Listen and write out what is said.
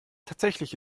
tatsächlich